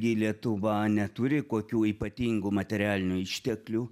gi lietuva neturi kokių ypatingų materialinių išteklių